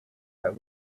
her